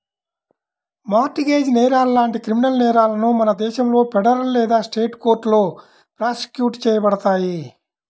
mart gauge నేరాలు లాంటి criminal నేరాలను మన దేశంలో ఫెడరల్ లేదా స్టేట్ కోర్టులో ప్రాసిక్యూట్ చేయబడతాయి